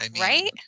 Right